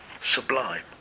sublime